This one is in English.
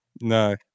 no